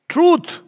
Truth